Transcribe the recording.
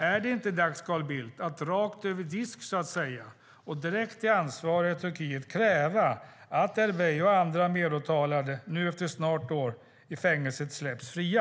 Är det inte dags, Carl Bildt, att rakt över disk och direkt till ansvariga i Turkiet kräva att Erbey och andra medåtalade nu efter snart fem år i fängelse släpps fria?